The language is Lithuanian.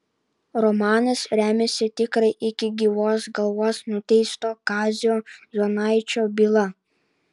romanas remiasi tikra iki gyvos galvos nuteisto kazio jonaičio byla